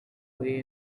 way